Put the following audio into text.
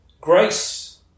Grace